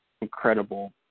incredible